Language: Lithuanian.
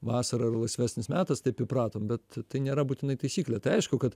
vasarą yra laisvesnis metas taip įpratom bet tai nėra būtinai taisyklė tai aišku kad